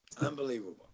Unbelievable